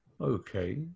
Okay